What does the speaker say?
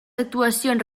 actuacions